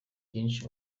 vyinshi